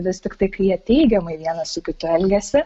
vis tiktai kai jie teigiamai vienas su kitu elgiasi